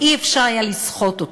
לא היה אפשר לסחוט אותו.